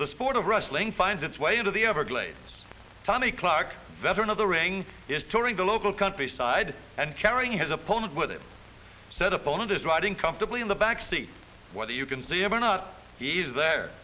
the sport of rustling finds its way into the everglades tommy clarke veteran of the ring is touring the local countryside and sharing his opponent with a set opponent is riding comfortably in the back seat whether you can see it or not he's there